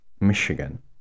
Michigan